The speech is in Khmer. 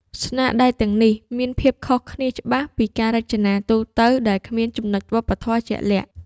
ស្នាដៃទាំងនេះមានភាពខុសគ្នាច្បាស់ពីការរចនាទូទៅដែលគ្មានចំណុចវប្បធម៌ជាក់លាក់។